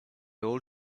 all